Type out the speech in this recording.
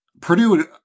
Purdue